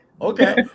okay